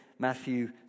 Matthew